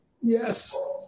Yes